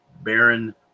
Baron